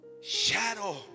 shadow